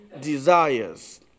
desires